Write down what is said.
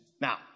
Now